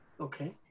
Okay